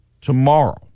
tomorrow